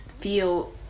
feel